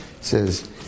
says